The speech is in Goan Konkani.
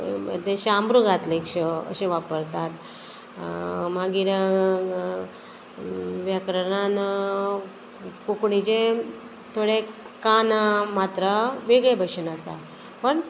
तें शाम्रुगातलें श अशें वापरतात मागीर व्याकरणान कोंकणीचें थोडे कानां मात्रा वेगळे भशेन आसा पण